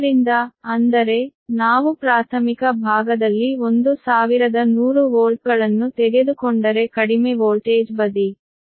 ಆದ್ದರಿಂದ ಅಂದರೆ ನಾವು ಪ್ರಾಥಮಿಕ ಭಾಗದಲ್ಲಿ 1100 ವೋಲ್ಟ್ಗಳನ್ನು ತೆಗೆದುಕೊಂಡರೆ ಕಡಿಮೆ ವೋಲ್ಟೇಜ್ ಬದಿ